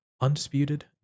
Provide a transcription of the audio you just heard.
undisputed